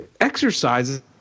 exercises